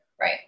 Right